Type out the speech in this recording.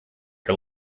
are